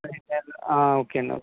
okay అండి okay